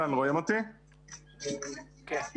יש לי